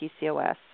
PCOS